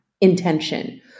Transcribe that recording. intention